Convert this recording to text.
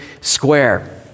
square